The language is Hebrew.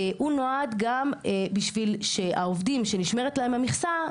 הוא נועד גם בשביל שהעובדים שנשמרת להם המכסה,